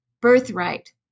Birthright